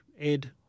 Ed